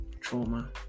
trauma